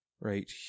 Right